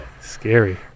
Scary